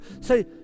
Say